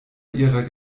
ihrer